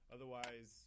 Otherwise